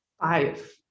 five